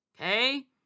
Okay